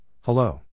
hello